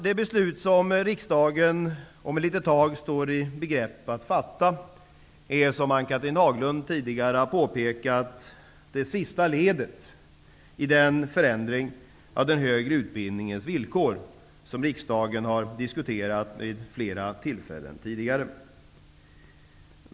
Det beslut som riksdagen om ett litet tag står i begrepp att fatta är, som Ann-Cathrine Haglund tidigare har påpekat, det sista ledet i den förändring av den högre utbildningens villkor som riksdagen har diskuterat vid flera tillfällen tidigare.